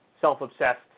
self-obsessed